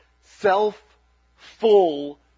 self-full